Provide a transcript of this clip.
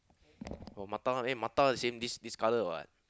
or Mattar one oh Mattar the same this this colour [what]